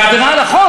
זה עבירה על החוק?